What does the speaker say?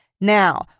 Now